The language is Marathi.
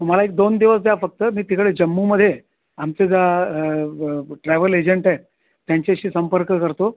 मला एक दोन दिवस द्या फक्त मी तिकडे जम्मूमध्ये आमच्या ज्या ट्रॅव्हल एजंट आहे त्यांच्याशी संपर्क करतो